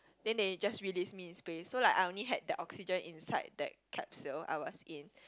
then they just release me in space so like I only had the oxygen inside the capsule I was in